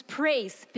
praise